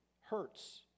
hurts